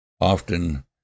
often